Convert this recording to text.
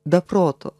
be proto